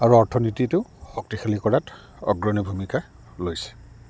আৰু অৰ্থনীতিটো শক্তিশালী কৰাত অগ্ৰণী ভূমিকা লৈছে